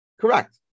Correct